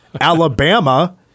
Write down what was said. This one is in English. Alabama